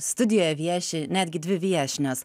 studijoje vieši netgi dvi viešnios